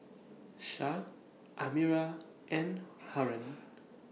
Syah Amirah and Haron